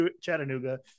Chattanooga